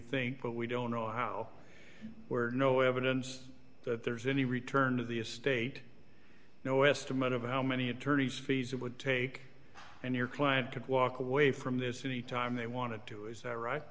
think but we don't know how we're no evidence that there's any return of the estate no estimate of how many attorney fees it would take and your client could walk away from this any time they wanted to is that right